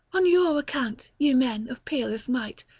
on your account, ye men of peerless might,